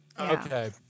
okay